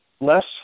less